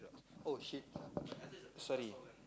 oh shit sorry